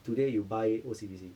today you buy O_C_B_C